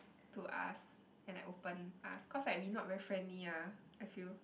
to us and like open us cause like we not very friendly ah I feel